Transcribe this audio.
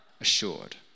assured